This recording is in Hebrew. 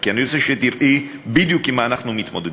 כי אני רוצה שתראי בדיוק עם מה אנחנו מתמודדים.